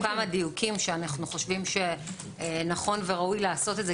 דיוקים שאנו חושבים שנכון וראוי לעשותם,